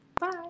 Bye